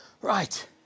right